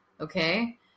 Okay